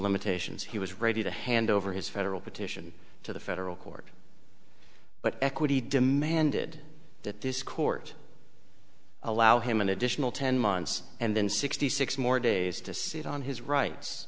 limitations he was ready to hand over his federal petition to the federal court but equity demanded that this court allow him an additional ten months and then sixty six more days to sit on his rights